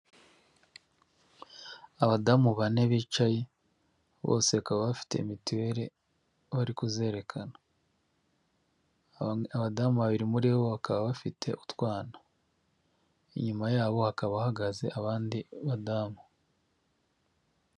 Abadamu bane bicaye, bose bakaba bafite mituwele, bari kuzerekana. Abadamu babiri muri bo, bakaba bafite utwana. Inyuma yabo hakaba hagaze abandi badamu.